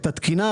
את התקינה,